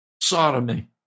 sodomy